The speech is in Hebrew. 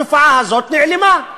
התופעה הזאת נעלמה.